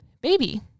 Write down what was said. baby